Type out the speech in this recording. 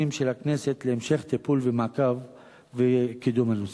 של הכנסת להמשך טיפול ומעקב וקידום הנושא.